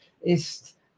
ist